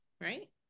right